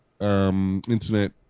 internet